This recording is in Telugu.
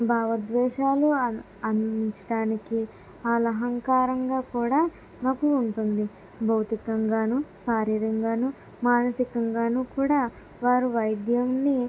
భావోద్వేషాలు అంది అందించడానికి వాళ్ళ అహంకారంగా కూడా మాకు ఉంటుంది భౌతికంగానూ శారీరంగాను మానసికంగానూ కూడా వారు వైద్యాన్ని